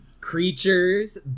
creatures